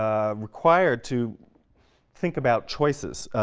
um required to think about choices,